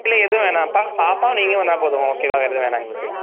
இல்லை எதுவும் வேணாம்பா பாப்பாவும் நீங்களும் வந்தால் போதும் ஓகேவா வேறு எதுவும் வேணாம் எங்களுக்கு